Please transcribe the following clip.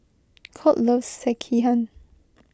Colt loves Sekihan